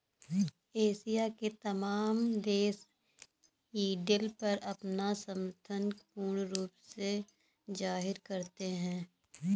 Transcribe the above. Asia के तमाम देश यील्ड पर अपना समर्थन पूर्ण रूप से जाहिर करते हैं